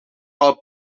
are